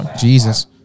Jesus